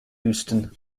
houston